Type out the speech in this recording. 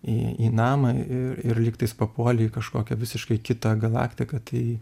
į į namą ir ir lygtais papuoli į kažkokią visiškai kitą galaktiką tai